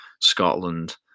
Scotland